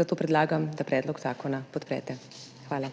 zato predlagam, da predlog zakona podprete. Hvala.